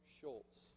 Schultz